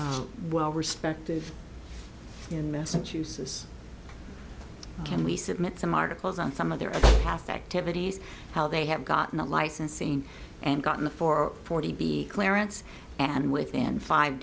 they're well respective in massachusetts can we submit some articles on some of their half activities how they have gotten the licensing and gotten a for forty b clearance and within five